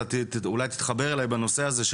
אולי תתחבר אליי בנושא הזה,